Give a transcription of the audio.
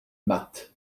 mat